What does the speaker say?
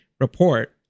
report